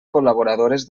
col·laboradores